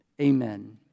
Amen